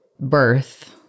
birth